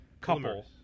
Couple